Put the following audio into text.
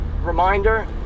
reminder